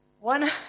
one